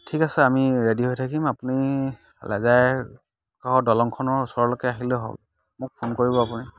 ঠিক আছে আমি ৰেডী হৈ থাকিম আপুনি লেজাইৰ ঘৰৰ দলংখনৰ ওচৰলৈকে আহিলেই হ'ল মোক ফোন কৰিব আপুনি